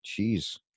jeez